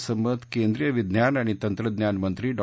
असं मत केंद्रीय विज्ञान आणि तंत्रज्ञानमंत्री डॉ